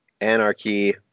Anarchy